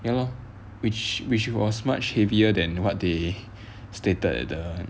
ya lor which which was much heavier than what they stated at the